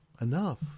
enough